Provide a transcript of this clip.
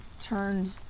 turned